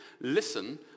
listen